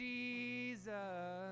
Jesus